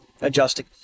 adjusting